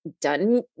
done